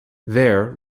there